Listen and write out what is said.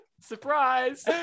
Surprise